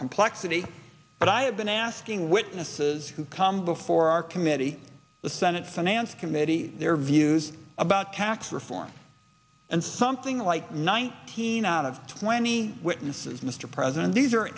complexity but i have been asking witnesses who come before our committee the senate finance committee their views about tax reform and something like nineteen out of twenty witnesses mr president these are